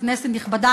כנסת נכבדה,